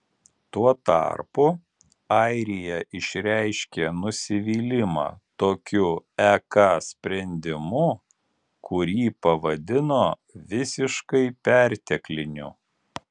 tuo tarpu airija išreiškė nusivylimą tokiu ek sprendimu kurį pavadino visiškai pertekliniu